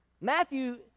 Matthew